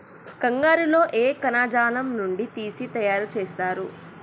కంగారు లో ఏ కణజాలం నుండి తీసి తయారు చేస్తారు?